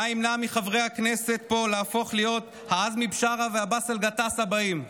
מה ימנע מחברי הכנסת פה להפוך להיות העזמי בשארה והבאסל גטאס הבאים?